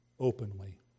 openly